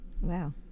Wow